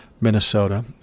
Minnesota